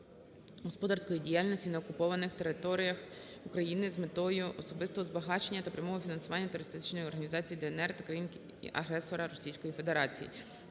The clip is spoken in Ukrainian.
Дякую.